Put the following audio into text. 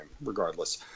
Regardless